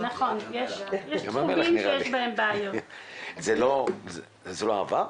זה לא עבר?